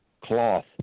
cloth